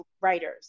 writers